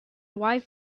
wife